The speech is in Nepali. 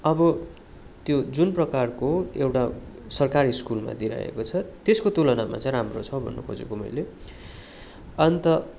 अब त्यो जुन प्रकारको एउटा सरकारी स्कुलमा दिइरहेको छ त्यसको तुलनामा चाहिँ राम्रो छ भन्नु खोजेको मैले अन्त